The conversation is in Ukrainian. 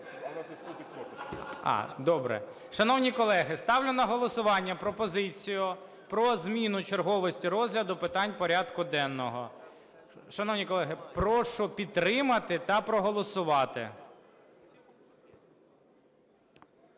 залі) Шановні колеги, ставлю на голосування пропозицію про зміну черговості розгляду питань порядку денного. Шановні колеги, прошу підтримати та проголосувати.